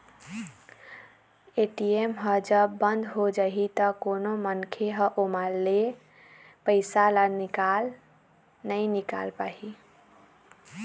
ATM ह जब बंद हो जाही त कोनो मनखे ह ओमा ले पइसा ल नइ निकाल पाही